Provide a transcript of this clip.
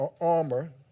armor